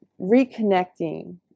reconnecting